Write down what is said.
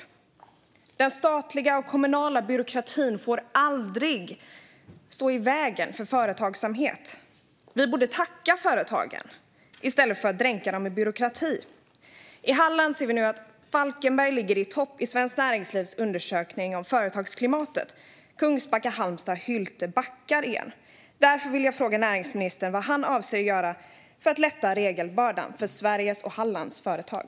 Den statliga och kommunala byråkratin får aldrig stå i vägen för företagsamhet. Vi borde tacka företagen i stället för att dränka dem i byråkrati. I Halland ser vi nu att Falkenberg ligger i topp i Svenskt Näringslivs undersökning om företagsklimatet. Kungsbacka, Halmstad och Hylte backar. Därför vill jag fråga näringsministern vad han avser att göra för att lätta regelbördan för Sveriges och Hallands företag.